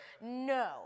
no